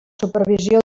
supervisió